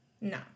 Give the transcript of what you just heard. no